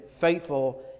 faithful